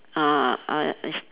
uh uh s~